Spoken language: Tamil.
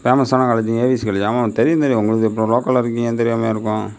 ஃபேமஸ்சான காலேஜ் ஏவிசி வழி ஆமாமாம் தெரியும் தெரியும் உங்களுக்கு இப்போ லோக்கலில் இருக்கீங்க தெரியாமலா இருக்கும்